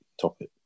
topic